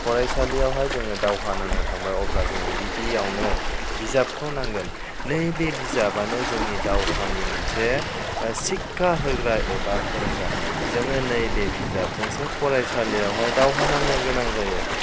फरायसालियाव जोङो दावहा नांनो थांबाय अब्ला जोङो गिबियावनो बिजाबखौ नांगोन नैबे बिजाबानो जोंनि दावहानि मोनसे सिक्का होग्रा एबा फोरोंग्रा जोङो नैबे बिजाबजोंसो फरायसालियावहाय दावहा नांनो गोनां जायो